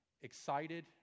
excited